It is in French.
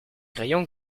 crayons